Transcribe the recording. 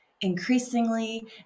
increasingly